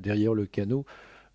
derrière le canot